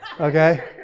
okay